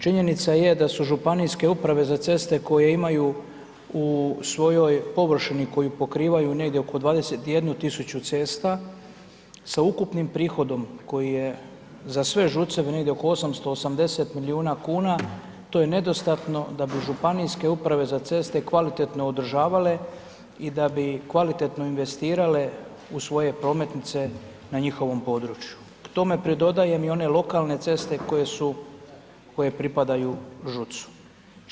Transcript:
Činjenica je da su županijske uprave za ceste koje imaju u svojoj površini koju pokrivaju negdje oko 21.000 cesta sa ukupnim prihodom koji je za sve ŽUC-eve negdje oko 880 milijuna kuna, to je nedostatno da bi županijske uprave za ceste kvalitetno održavale i da bi kvalitetno investirale u svoje prometnice na njihovom području, k tome pridodajem i one lokalne ceste koje su, koje pripadaju ŽUC-u.